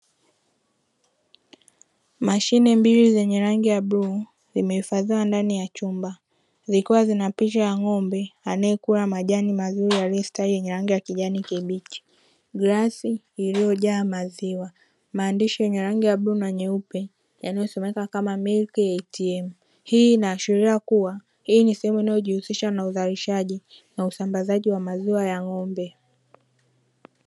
Mashine mbili zenye rangi ya bluu, zimehifadhiwa ndani ya chumba, zilikuwa zinapicha ya ng'ombe anayekula majani mazuri yaliyostawi yenye rangi ya kijani kibichi, glasi iliyojaa maziwa, maandishi yenye rangi ya bluu na nyeupe, yanayosomea kama milki ya ATM. Hii inaashiria kuwa hii ni sehemu inayojihusisha na uzalishaji na usambazaji wa maziwa ya ng'ombe.